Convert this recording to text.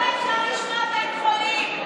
כמה אפשר לשמוע בית חולים?